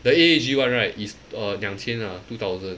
the A_E_G one right is uh 两千 ah two thousand